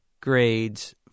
grades